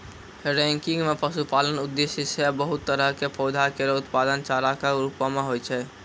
ranking म पशुपालन उद्देश्य सें बहुत तरह क पौधा केरो उत्पादन चारा कॅ रूपो म होय छै